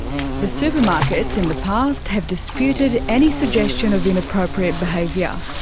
the supermarkets in the past have disputed any suggestion of inappropriate behaviour.